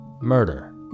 murder